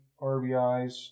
RBIs